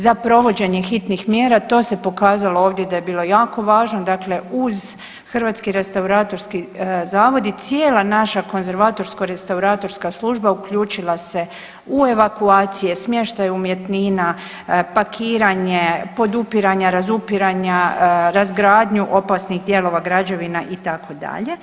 Za provođenje hitnih mjera to se pokazalo ovdje da je bilo jako važno, dakle uz Hrvatski restauratorski zavod i cijela naša konzervatorsko restauratorska služba uključila se u evakuacije, smještaj umjetnina, pakiranje, podupiranja, razupiranja, razgradnju opasnih dijelova građevina itd.